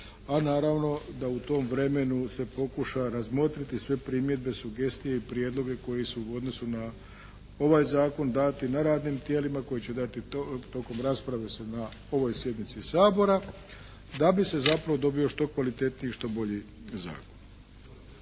a naravno da u tom vremenu se pokuša razmotriti sve primjedbe, sugestije i prijedloge koji su u odnosu na ovaj zakon dati na radnim tijelima, koji će dati tokom rasprave se na ovoj sjednici Sabora, da bi se zapravo dobio što kvalitetniji i što bolji zakon.